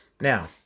Now